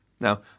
Now